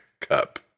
cup